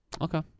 Okay